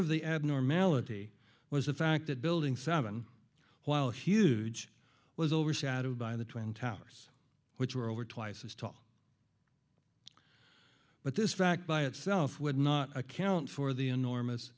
of the abnormality was the fact that building seven while huge was overshadowed by the twin towers which were over twice as tall but this fact by itself would not account for the enormous